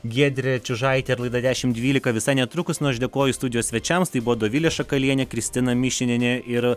giedrė čiužaitė ir laida dešimt dvylika visai netrukus nu aš dėkoju studijos svečiams tai buvo dovilė šakalienė kristina mišinienė ir